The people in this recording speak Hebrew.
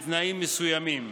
בתנאים מסוימים.